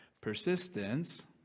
persistence